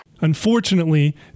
Unfortunately